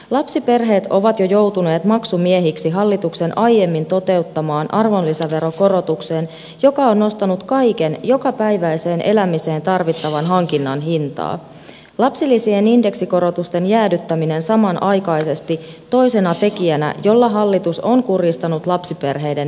lapsiperheet ovat jo joutuneet maksumiehiksi hallituksen aiemmin toteuttamaan arvonlisäveronkorotukseen joka on nostanut kaiken jokapäiväiseen elämiseen tarvittavan hankinnan hintaa lapsilisien indeksikorotusten jäädyttäminen samanaikaisesti toisena tekijänä jolla hallitus on kurjistanut lapsiperheiden elintasoa